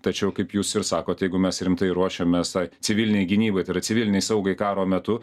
tačiau kaip jūs ir sakot jeigu mes rimtai ruošiamės tai civilinei gynybai tai yra civilinei saugai karo metu